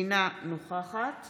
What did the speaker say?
אינה נוכחת